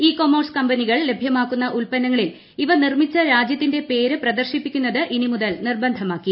E commerce കമ്പനികൾ ലഭ്യമാക്കുന്ന ഉത്പന്നങ്ങളിൽ ഇവ നിർമിച്ച രാജ്യത്തിന്റെ പേര് പ്രദർശിപ്പിക്കുന്നത് ഇനി മുതൽ നിർബന്ധമാക്കി